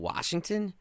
Washington